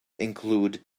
include